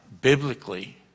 biblically